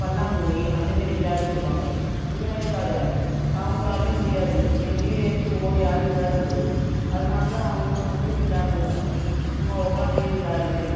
பல்லாங்குழி அந்த மேரி விளையாண்ட்டுருப்பாங்க இதெலாம் எதுக்காக அவங்களாலையும் முடியாது எங்கேயும் ஏன்ச்சி ஓடி ஆடி விளையாட முடியாது அதனால் தான் அவங்களும் வந்து விளையாட்ணுருக்குறா சும்மா உக்காந்தே விளையாட்ற மேரி